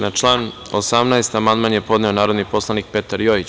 Na član 18. amandman je podneo narodni poslanik Petar Jojić.